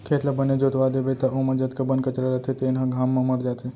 खेत ल बने जोतवा देबे त ओमा जतका बन कचरा रथे तेन ह घाम म मर जाथे